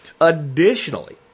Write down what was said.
Additionally